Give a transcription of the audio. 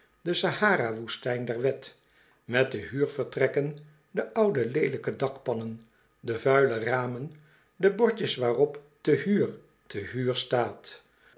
de sahara woestijn der wet met de huurvertrekken de oude leelijke dakpannen de vuile ramen de bordjes waarop te huur te huur staat